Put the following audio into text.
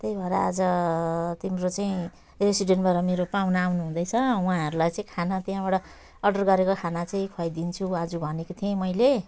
त्यही भएर आज तिम्रो चाहिँ रेस्टुरेन्टबाट मेरो पाहुना आउनुहुँदैछ उहाँहरूलाई चाहिँ खाना त्यहाँबाट अर्डर गरेको खाना चाहिँ खुवाइदिन्छु आज भनेको थिएँ मैले